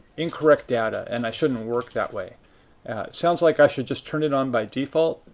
incorrect data. and i shouldn't work that way. it sounds like i should just turn it on by default,